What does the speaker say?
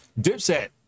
Dipset